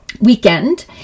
weekend